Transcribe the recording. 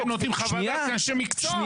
הם נותנים חוות דעת של אנשי מקצוע.